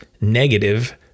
negative